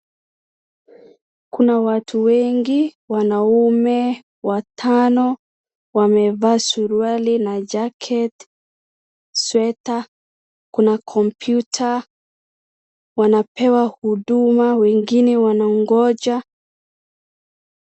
Kuna watu wengi wanaume watano wamevaa suruali na jacket sweater . Kuna computer wanapewa huduma wengine wanangoja.